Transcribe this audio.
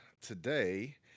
today